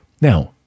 Now